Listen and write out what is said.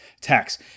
tax